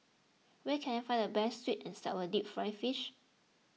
where can I find the best Sweet and Sour Deep Fried Fish